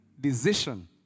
decision